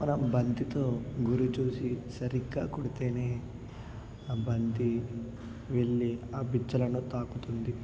మనం బంతితో గురి చూసి సరిగ్గా కొడితే ఆ బంతి వెళ్ళి ఆ బెచ్చలను తాకుతుంది